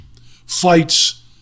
fights